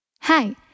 Hi